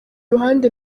ruhande